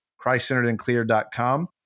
ChristCenteredAndClear.com